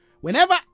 Whenever